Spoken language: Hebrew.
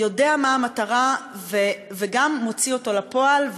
יודע מה המטרה וגם מוציא אותה לפועל.